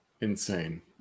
insane